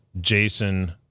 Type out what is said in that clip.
Jason